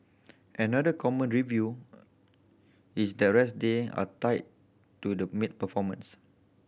another common review is the rest day are tied to the maid performance